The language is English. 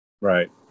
Right